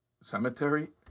Cemetery